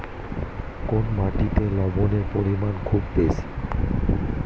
কোন মাটিতে লবণের পরিমাণ খুব বেশি?